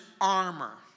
armor